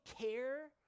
care